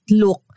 look